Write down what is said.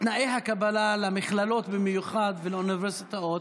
תנאי הקבלה למכללות, במיוחד, ולאוניברסיטאות,